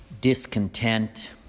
Discontent